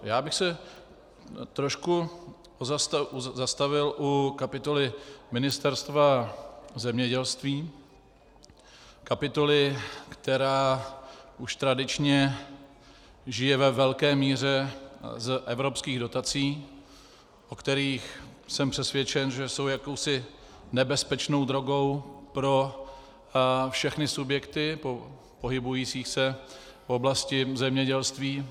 Já bych se trošku zastavil u kapitoly Ministerstva zemědělství, kapitoly, která už tradičně žije ve velké míře z evropských dotací, o kterých jsem přesvědčen, že jsou jakousi nebezpečnou drogou pro všechny subjekty pohybující se v oblasti zemědělství.